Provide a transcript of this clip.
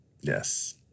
Yes